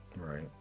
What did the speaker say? Right